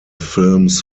films